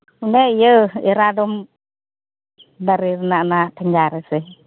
ᱚᱱᱮ ᱤᱭᱟᱹ ᱮᱨᱟ ᱰᱚᱢ ᱫᱟᱨᱮ ᱨᱮᱱᱟᱜ ᱚᱱᱮ ᱚᱱᱟ ᱴᱷᱮᱸᱜᱟ ᱨᱮᱥᱮ